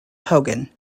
hogan